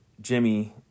Jimmy